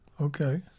Okay